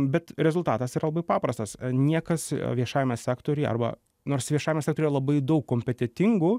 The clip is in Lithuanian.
bet rezultatas yra labai paprastas niekas viešajame sektoriuje arba nors viešajame sektoriuje labai daug kompetentingų